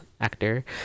actor